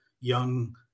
young